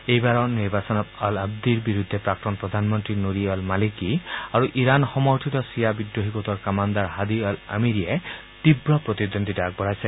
এইবাৰৰ নিৰ্বাচনত অল অঁবাদীৰ বিৰুদ্ধে প্ৰাক্তন প্ৰধানমন্ত্ৰী নুৰী অল মালিকী আৰু ইৰান সমৰ্থিত চিয়া বিদ্ৰোহী গোটৰ কামাণ্ডাৰ হাদী অল আমিৰিয়ে তীৱ প্ৰতিদ্বন্দ্বীতা আগবঢ়াইছে